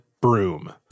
broom